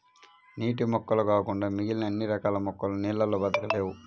నీటి మొక్కలు కాకుండా మిగిలిన అన్ని రకాల మొక్కలు నీళ్ళల్లో బ్రతకలేవు